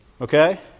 Okay